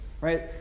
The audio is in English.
right